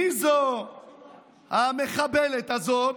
מי זו המחבלת הזאת?